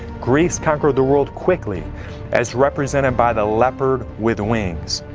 greece conquered the world quickly as represented by the leopard with wings.